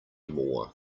more